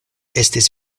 estis